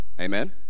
Amen